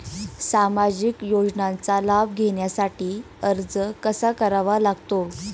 सामाजिक योजनांचा लाभ घेण्यासाठी अर्ज कसा करावा लागतो?